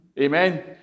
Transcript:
Amen